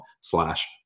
slash